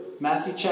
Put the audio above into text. Matthew